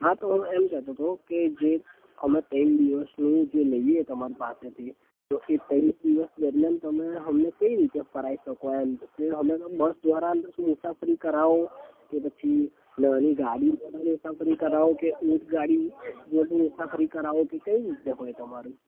હા તો હું એમ કહેતો હતો તો કે જે અમે ત્રણ દિવસનું જે લઇએ તમારી પાસેથી તો એ ત્રણ દિવસ દરમ્યાન તમે અમને કઈ રીતે ફરાવી શકો એમ કે અમે તો બસ દ્વારા મુસાફરી કરાવો કે પછી નાની ગાડીમાં મુસાફરી કરાવો કે એક ગાડી જોડી મુસાફરી કરાવો કે કઈ રીતે હોય તમારું